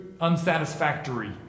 unsatisfactory